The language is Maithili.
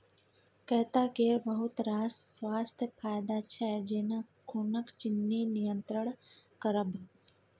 कैता केर बहुत रास स्वास्थ्य फाएदा छै जेना खुनक चिन्नी नियंत्रण करब